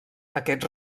aquests